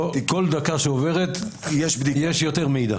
כל דקה שעוברת יש יותר מידע.